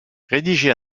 rédigé